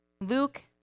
Luke